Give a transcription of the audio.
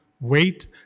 wait